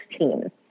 2016